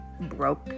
broke